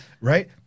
Right